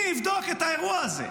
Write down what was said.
מי יבדוק את האירוע הזה?